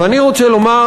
ואני רוצה לומר,